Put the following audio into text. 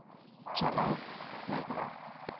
ᱪᱟᱞᱟᱣ ᱞᱟᱜᱟᱜᱼᱟ